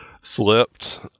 slipped